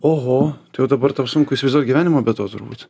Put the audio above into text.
oho tai jau dabar tau sunku įsivaizduot gyvenimą be to turbūt